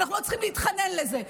ואנחנו לא צריכים להתחנן לזה.